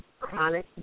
chronic